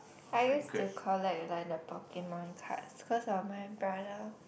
I used to collect like the Pokemon cards cause of my brother